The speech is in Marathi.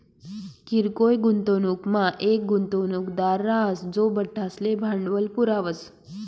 किरकोय गुंतवणूकमा येक गुंतवणूकदार राहस जो बठ्ठासले भांडवल पुरावस